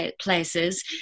places